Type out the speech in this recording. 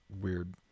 weird